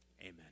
Amen